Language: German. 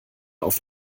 auf